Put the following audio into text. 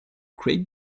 create